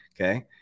okay